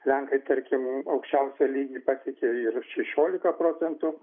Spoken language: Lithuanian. lenkai tarkim aukščiausią lygį pasiekė ir šešiolika procentų